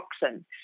toxin